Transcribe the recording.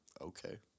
okay